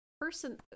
person